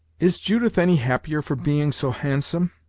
is judith any happier for being so handsome?